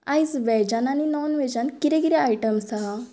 आयज वॅजान आनी नॉन वॅजान कितें कितें आयटम्स आहा